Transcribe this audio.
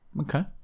Okay